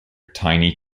tiny